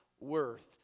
worth